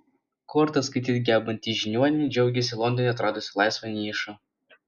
kortas skaityti gebanti žiniuonė džiaugiasi londone atradusi laisvą nišą